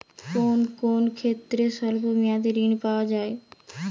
কোন কোন ক্ষেত্রে স্বল্প মেয়াদি ঋণ পাওয়া যায়?